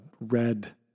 red